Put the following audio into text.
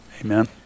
amen